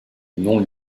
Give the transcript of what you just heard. nom